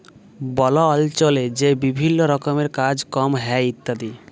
বল অল্চলে যে বিভিল্ল্য রকমের কাজ কম হ্যয় ইত্যাদি